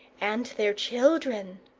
and their children.